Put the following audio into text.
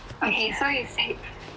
I hate science hate